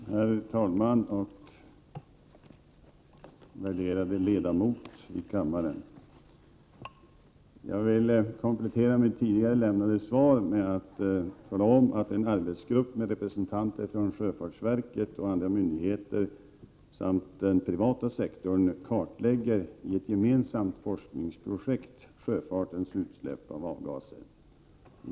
Herr talman! Värderade ledamot av kammaren! Jag vill komplettera mitt tidigare lämnade svar med att tala om att en arbetsgrupp med representanter från sjöfartsverket och andra myndigheter samt den privata sektorn i ett gemensamt forskningsprojekt kartlägger sjöfartens utsläpp av avgaser.